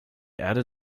erde